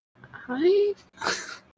Hi